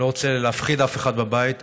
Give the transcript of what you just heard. אני לא רוצה להפחיד אף אחד בבית,